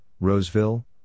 Roseville